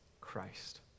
Christ